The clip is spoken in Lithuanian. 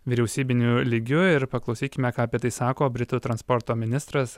vyriausybiniu lygiu ir paklausykime ką apie tai sako britų transporto ministras